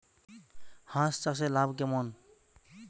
হাঁস চাষে লাভ কেমন?